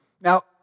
now